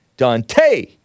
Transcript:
Dante